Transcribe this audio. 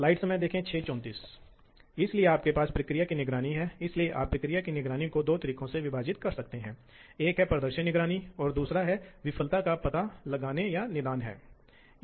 तो इसलिए आपके पास कुछ निर्देश हो सकते हैं या नहीं भी हो सकते हैं केवल एक तथाकथित ऑपरेंड हो सकता है और आवश्यकता के आधार पर किसी विशेष निर्देश में 6 7 ऑपरेंड भी हो सकते हैं या हो सकते हैं